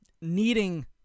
needing